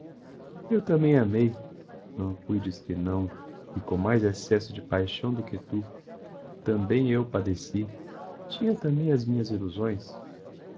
eu tambem amei não cuides que não e com mais excesso de paixão do que tu tambem eu padeci tinha tambem as minhas illusões